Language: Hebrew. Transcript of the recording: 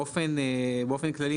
באופן כללי,